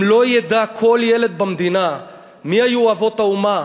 אם לא ידע כל ילד במדינה מי היו אבות האומה,